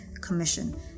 Commission